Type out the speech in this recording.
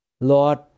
Lord